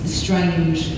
strange